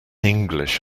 english